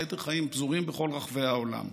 והיתר פזורים בכל רחבי העולם.